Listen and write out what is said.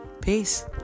Peace